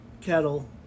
kettle